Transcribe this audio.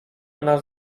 nas